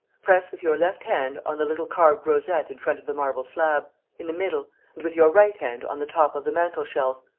press with your left hand on the little carved rosette in front of the marble slab, in the middle, and with your right hand on the top of the mantel-shelf.